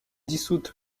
dissoute